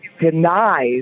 denies